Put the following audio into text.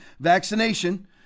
vaccination